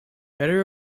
better